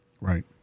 Right